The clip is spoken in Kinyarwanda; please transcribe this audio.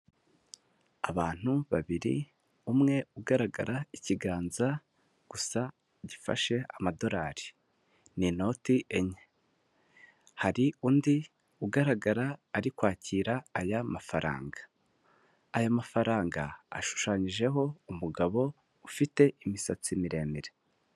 Abantu babiri umwe ugaragara ikiganza gusa gifashe amadorari ni ninoti enye hari undi ugaragara ari kwakira aya mafaranga, aya mafaranga ashushanyijeho umugabo ufite imisatsi miremire.